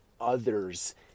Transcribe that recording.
others